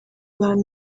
bantu